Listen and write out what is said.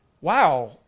wow